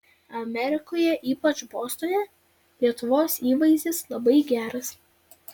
amerikoje ypač bostone lietuvos įvaizdis labai geras